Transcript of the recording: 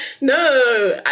no